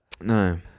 No